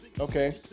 Okay